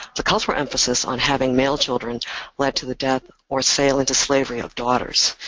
the cultural emphasis on having male children led to the death or sale into slavery of daughters.